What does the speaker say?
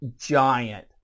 giant